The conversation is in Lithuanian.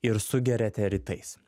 ir sugeriate rytais